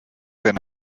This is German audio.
wenn